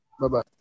Bye-bye